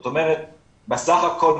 זאת אומרת בסך הכל,